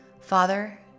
Father